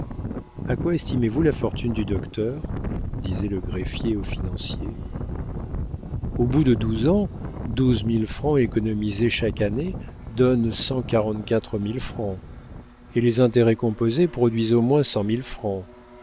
a quoi estimez-vous la fortune du docteur disait le greffier au financier au bout de douze ans douze mille francs économisés chaque année donnent cent quarante-quatre mille francs et les intérêts composés produisent au moins cent mille francs